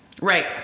right